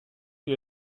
lui